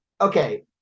okay